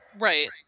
Right